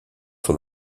son